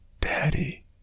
Daddy